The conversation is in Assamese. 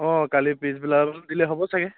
অঁ কালি পিছবেলা দিলে হ'ব ছাগৈ